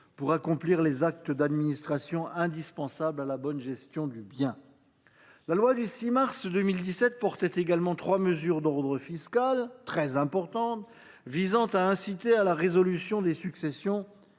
pour accomplir les actes d’administration indispensables à la bonne gestion du bien. La loi du 6 mars 2017 portait également trois mesures d’ordre fiscal, très importantes, visant à inciter à la résolution des successions